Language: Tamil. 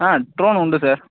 ஆ ட்ரோன் உண்டு சார்